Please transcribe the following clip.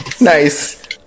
Nice